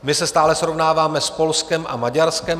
My se stále srovnáváme s Polskem a Maďarskem.